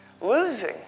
losing